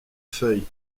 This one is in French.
feuilles